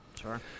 Sure